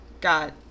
got